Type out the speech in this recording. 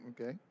Okay